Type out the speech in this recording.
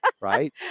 right